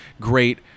great